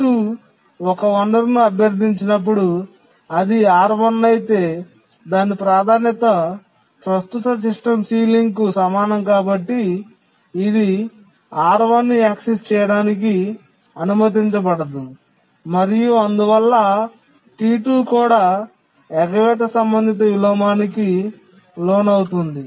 T2 ఒక వనరును అభ్యర్థించినప్పుడు అది R1 అయితే దాని ప్రాధాన్యత ప్రస్తుత సిస్టమ్ సీలింగ్కు సమానం కాబట్టి ఇది R1 ని యాక్సెస్ చేయడానికి అనుమతించబడదు మరియు అందువల్ల T2 కూడా ఎగవేత సంబంధిత విలోమానికి లోనవుతుంది